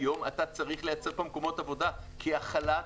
היום אתה צריך לייצר פה מקומות עבודה כי החל"ת,